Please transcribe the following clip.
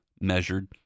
measured